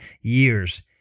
years